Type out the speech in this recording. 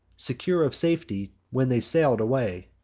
secure of safety when they sail'd away.